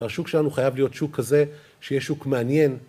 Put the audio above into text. ‫והשוק שלנו חייב להיות שוק כזה ‫שיהיה שוק מעניין.